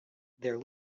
their